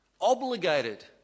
obligated